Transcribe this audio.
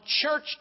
church